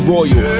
Royal